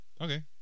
Okay